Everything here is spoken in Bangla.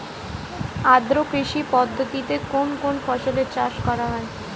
আদ্র কৃষি পদ্ধতিতে কোন কোন ফসলের চাষ করা হয়?